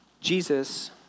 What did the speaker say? Jesus